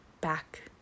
back